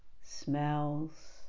smells